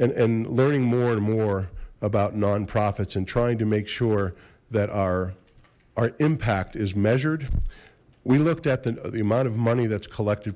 and learning more and more about nonprofits and trying to make sure that our our impact is measured we looked at the amount of money that's collect